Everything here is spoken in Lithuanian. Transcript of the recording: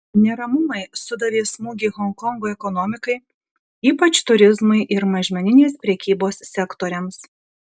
neramumai sudavė smūgį honkongo ekonomikai ypač turizmui ir mažmeninės prekybos sektoriams